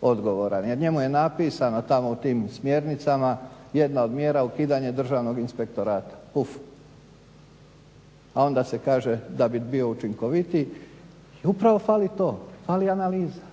odgovoran jer njemu je napisano tamo u tim smjernicama jedna od mjera ukidanja državnog inspektorata uff, a onda se kaže da bi bio učinkovitiji i upravo fali to, fali analiza,